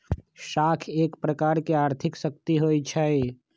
साख एक प्रकार के आर्थिक शक्ति होइ छइ